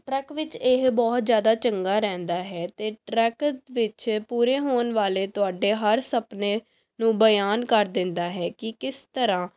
track ਵਿੱਚ ਇਹ ਬਹੁਤ ਜ਼ਿਆਦਾ ਚੰਗਾ ਰਹਿੰਦਾ ਹੈ ਅਤੇ ਟਰੈਕ ਪਿੱਛੇ ਪੂਰੇ ਹੋਣ ਵਾਲੇ ਤੁਹਾਡੇ ਹਰ ਸੁਪਨੇ ਨੂੰ ਬਿਆਨ ਕਰ ਦਿੰਦਾ ਹੈ ਕਿ ਕਿਸ ਤਰ੍ਹਾ